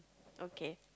okay